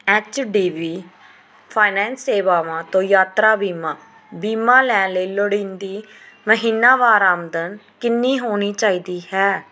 H D B finance ਸੇਵਾਵਾਂ ਤੋਂ ਯਾਤਰਾ ਬੀਮਾ ਬੀਮਾ ਲੈਣ ਲਈ ਲੋੜੀਂਦੀ ਮਹੀਨਾਵਾਰ ਆਮਦਨ ਕਿੰਨੀ ਹੋਣੀ ਚਾਹੀਦੀ ਹੈ